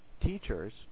teachers